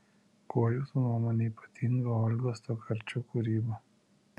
kuo jūsų nuomone ypatinga olgos tokarčuk kūryba